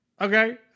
Okay